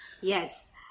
Yes